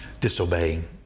disobeying